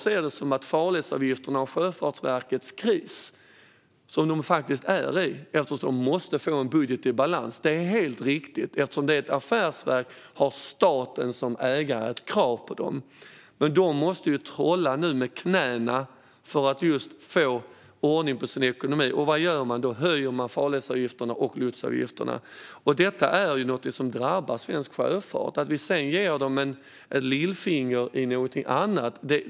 När det gäller Sjöfartsverkets kris - det är ju faktiskt i en sådan - måste det få en budget i balans. Det är helt riktigt eftersom det är ett affärsverk och staten som ägare har ett krav på dem. Men de måste nu trolla med knäna för att få ordning på sin ekonomi. Och vad gör man då? Man höjer farledsavgifterna och lotsavgifterna. Detta är någonting som drabbar svensk sjöfart. Sedan ger vi dem ett lillfinger på ett annat håll.